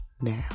now